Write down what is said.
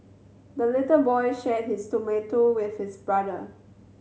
the little boy shared his tomato with his brother